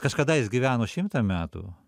kažkada jis gyveno šimtą metų